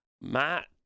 Matt